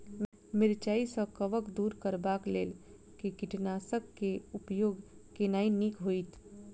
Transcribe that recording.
मिरचाई सँ कवक दूर करबाक लेल केँ कीटनासक केँ उपयोग केनाइ नीक होइत?